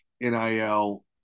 NIL